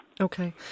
Okay